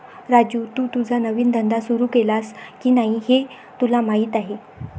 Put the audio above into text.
राजू, तू तुझा नवीन धंदा सुरू केलास की नाही हे तुला माहीत आहे